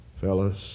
Fellas